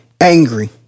angry